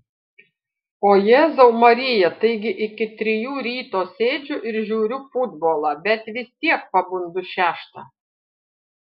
o jėzau marija taigi iki trijų ryto sėdžiu ir žiūriu futbolą bet vis tiek pabundu šeštą